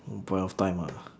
point of time ah